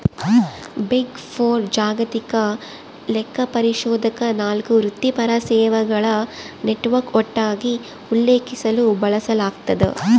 big four ಜಾಗತಿಕ ಲೆಕ್ಕಪರಿಶೋಧಕ ನಾಲ್ಕು ವೃತ್ತಿಪರ ಸೇವೆಗಳ ನೆಟ್ವರ್ಕ್ ಒಟ್ಟಾಗಿ ಉಲ್ಲೇಖಿಸಲು ಬಳಸಲಾಗ್ತದ